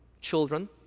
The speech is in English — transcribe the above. children